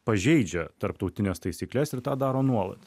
pažeidžia tarptautines taisykles ir tą daro nuolat